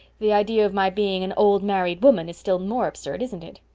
the idea of my being an old married woman is still more absurd, isn't it?